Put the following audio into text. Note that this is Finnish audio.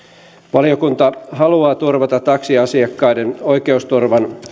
valiokunta haluaa turvata taksiasiakkaiden oikeusturvan